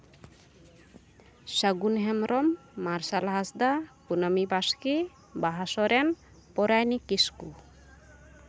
ᱥᱟᱹᱜᱩᱱ ᱦᱮᱢᱵᱨᱚᱢ ᱢᱟᱨᱥᱟᱞ ᱦᱟᱸᱥᱫᱟ ᱠᱩᱱᱟᱹᱢᱤ ᱵᱟᱥᱠᱮ ᱵᱟᱦᱟ ᱥᱚᱨᱮᱱ ᱯᱚᱨᱟᱭᱱᱤ ᱠᱤᱥᱠᱩ